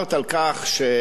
אמרת: אתה יודע,